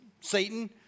Satan